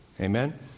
Amen